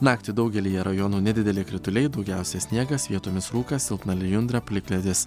naktį daugelyje rajonų nedideli krituliai daugiausia sniegas vietomis rūkas silpna lijundra plikledis